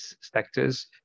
sectors